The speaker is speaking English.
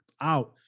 out